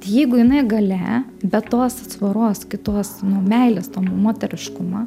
jeigu jinai galia be tos atsvaros kitos nu meilės to moteriškumą